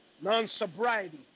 non-sobriety